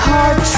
Hard